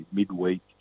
midweek